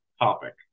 topic